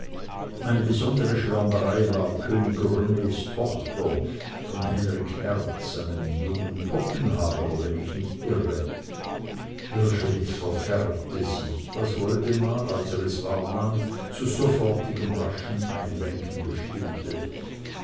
meine besondere schwärmerei war könig rens tochter von henrik hertz einem jungen kopenhagener wenn ich nicht irre wrschowitz verfärbte sich was woldemar als er es wahrnahm zu sofortigem raschen einlenken bestimmte